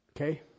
Okay